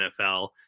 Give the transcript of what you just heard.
NFL